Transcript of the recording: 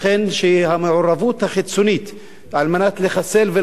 כשהמעורבות החיצונית היא על מנת לחסל ולהרוג,